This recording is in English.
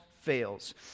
fails